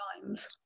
times